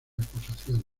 acusaciones